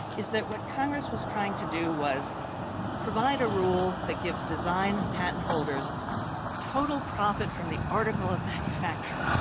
is that what congress was trying to do was provide a rule that gives design-patent holders total profit from the article of manufacture.